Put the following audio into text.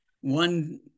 one